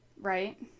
Right